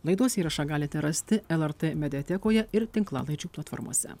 laidos įrašą galite rasti lrt mediatekoje ir tinklalaidžių platformose